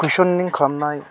कुइसनिं खालामनाय